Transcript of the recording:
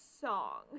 song